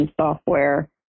software